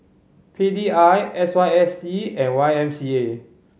P D I S Y S C and Y M C A